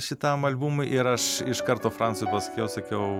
šitam albumui ir aš iš karto francui pasakiau sakiau